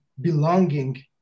belonging